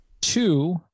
two